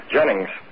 Jennings